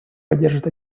поддержит